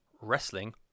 wrestling